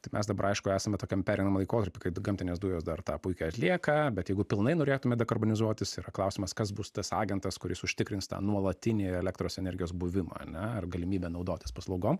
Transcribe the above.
tai mes dabar aišku esame tokiam perimam laikotarpy gamtinės dujos dar tą puikiai atlieka bet jeigu pilnai norėtume dekarbonizuotis yra klausimas kas bus tas agentas kuris užtikrins tą nuolatinį elektros energijos buvimą ane ar galimybę naudotis paslaugom